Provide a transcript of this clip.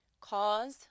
cause